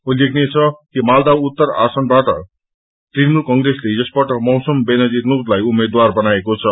उल्लेखनय छ कि मालदा उत्तर आसनबाट तृणमुल कंग्रेसले यस पल्ट मैसम वेनजीर नूरलाई उम्मेद्वार बनाएको छ